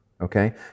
Okay